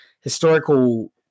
historical